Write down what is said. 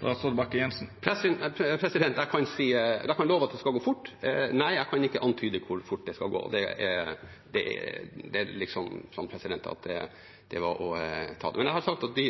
Jeg kan love at det skal gå fort. Nei, jeg kan ikke antyde hvor fort det skal gå. Det kan jeg ikke. Jeg har sagt at vi